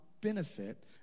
benefit